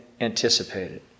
anticipated